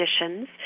conditions